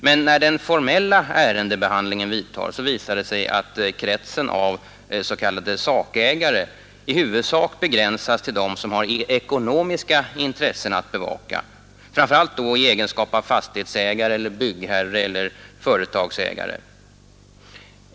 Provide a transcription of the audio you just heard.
Men när den formella ärendebehandlingen vidtar visar det sig att kretsen av s.k. sakägare i huvudsak begränsas till dem som har ekonomiska intressen att bevaka, framför allt då i egenskap av fastighetsägare, byggherre eller företagsägare.